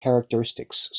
characteristics